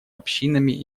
общинами